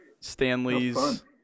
stanley's